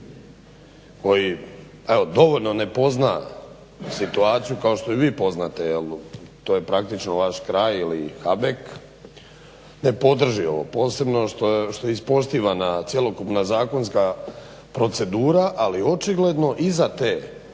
koji evo dovoljno ne pozna situaciju kao što ju vi poznate, jel to je praktično vaš kraj ili Habek, ne podrži ovo posebno što je ispoštivana cjelokupna zakonska procedura, ali očigledno iza te zakonske